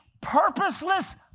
purposeless